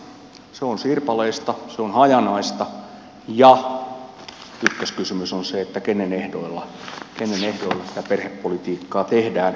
se on sirpaleista se on hajanaista ja ykköskysymys on se kenen ehdoilla sitä perhepolitiikkaa tehdään